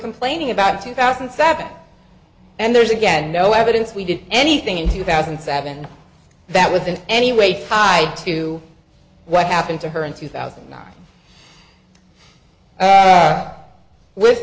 complaining about two thousand and seven and there's again no evidence we did anything in two thousand and seven that with in any way high to what happened to her in two thousand and nine and with